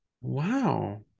Wow